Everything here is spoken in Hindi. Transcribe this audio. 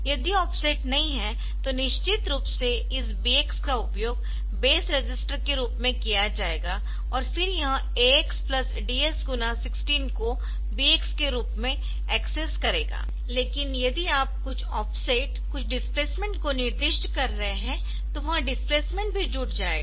यदि ऑफसेट नहीं है तो निश्चित रूप से इस BX का उपयोग बेस रजिस्टर के रूप में किया जाएगा और फिर यह AX प्लस DS गुणा 16 को BX के रूप में एक्सेस करेगा लेकिन यदि आप कुछ ऑफसेट कुछ डिस्प्लेसमेंट को निर्दिष्ट कर रहे है तो वह डिस्प्लेसमेंट भी जुड़ जाएगा